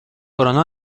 coronó